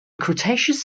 cretaceous